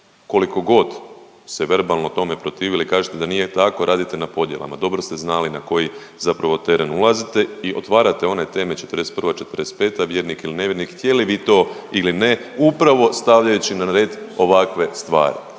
koliko god se verbalno tome protivili, kažete da nije tako, radite na podjelama. Dobro ste znali na koji zapravo teren ulazite i otvarate one teme '41., '45. vjernik il nevjernik, htjeli vi to ili ne, upravo stavljajući na red ovakve stvari.